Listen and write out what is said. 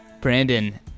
brandon